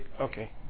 Okay